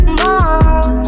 more